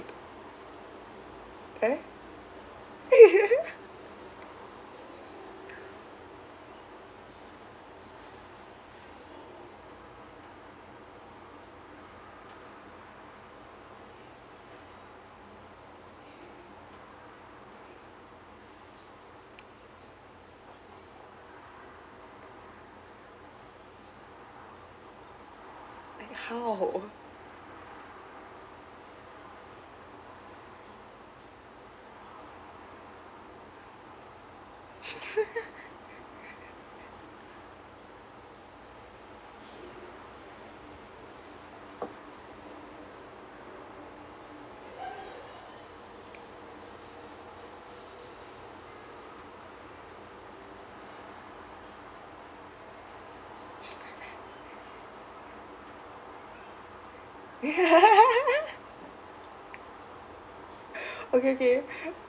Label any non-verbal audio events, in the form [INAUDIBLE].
eh [LAUGHS] like how [LAUGHS] [LAUGHS] okay okay